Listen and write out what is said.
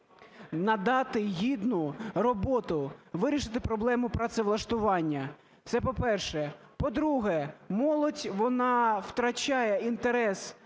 надати гідну роботу, вирішити проблему працевлаштування. Це по-перше. По-друге, молодь, вона втрачає інтерес до